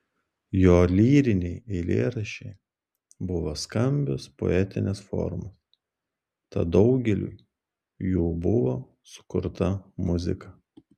jo lyriniai eilėraščiai buvo skambios poetinės formos tad daugeliui jų buvo sukurta muzika